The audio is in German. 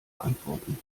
antworten